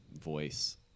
voice